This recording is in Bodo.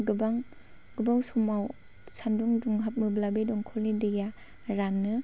गोबाव समाव सान्दुं दुंहाबोब्ला बे दंखलनि दैया रानो